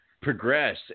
progress